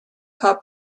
paar